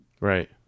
Right